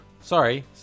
sorry